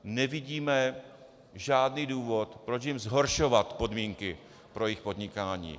Nevidíme žádný důvod, proč jim zhoršovat podmínky pro jejich podnikání.